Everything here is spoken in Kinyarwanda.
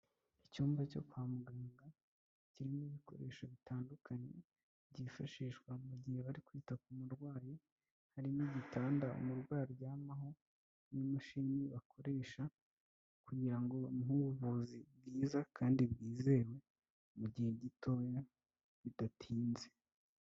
Icyumba cyo kwa muganga kirimo ibikoresho bitandukanye byifashishwa mu gihe bari kwita ku murwayi hari nk'igitanda umurwayi aryamaho, n'imashini bakoresha kugirango bamuhe ubuvuzi bwiza kandi bwizewe mu gihe gitoya bidatinze.